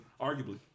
Arguably